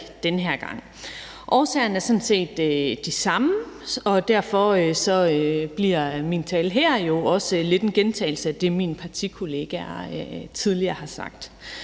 den her gang. Årsagerne er sådan set de samme, og derfor bliver min tale her jo også lidt en gentagelse af det, mine partikollegaer tidligere har sagt.